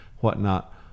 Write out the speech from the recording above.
whatnot